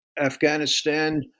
Afghanistan